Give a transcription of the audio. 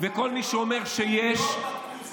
חברת הכנסת שטרית, זה פרנסה.